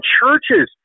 churches